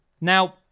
Now